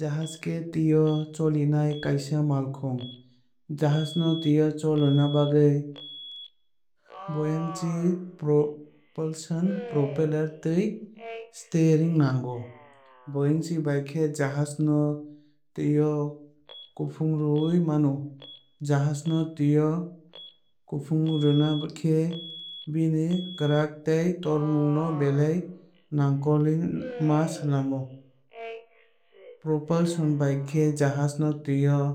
Jahaj khe twi o cholinai kaisa malkhung. Jahaj no twi o chologna bagwui buoyancy propulsion propeller tei steering nango. Buoyancy bai khe jahaj no twui o kufungrwui mano. Jahaj no twui o kufungrwna khe bini kwar tei tormung no belai nakolwui ma swlamu. Propulsion bai khe jahaj no twi o